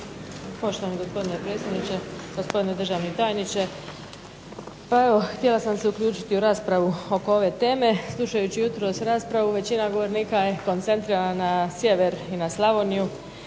Poštovani gospodine predsjedniče, gospodine državni tajniče. Pa evo, htjela sam se uključiti u raspravu oko ove teme. Slušajući jutros raspravu većina govornika je koncentrirana na sjever i na Slavoniju